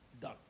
done